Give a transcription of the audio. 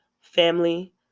family